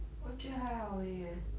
我觉得还好而已 eh